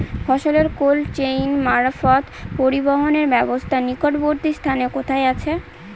ফসলের cold chain মারফত পরিবহনের ব্যাবস্থা নিকটবর্তী স্থানে কোথায় আছে?